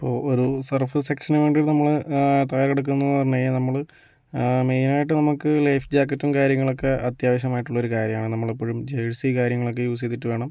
ഇപ്പോൾ വെറും സർഫ് എക്സ് എക്ഷന് വേണ്ടിട്ട് നമ്മള് തയ്യാറെടുക്കുന്നൂന്ന് പറഞ്ഞാൽ നമ്മള് മെയിനായിട്ട് നമുക്ക് ലൈഫ് ജാക്കറ്റും കാര്യങ്ങളുമൊക്കെ അത്യാവശ്യമായിട്ടുള്ളൊരു കാര്യമാണ് നമ്മളെപ്പോഴും ജേഴ്സി കാര്യങ്ങളൊക്കെ യൂസ് ചെയ്തിട്ട് വേണം